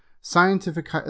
Scientific